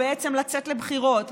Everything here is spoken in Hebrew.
בעצם לצאת לבחירות,